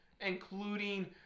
including